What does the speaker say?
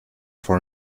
for